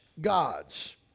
gods